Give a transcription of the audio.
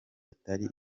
atari